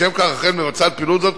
לשם כך רח"ל מבצעת פעילות זו,